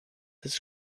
this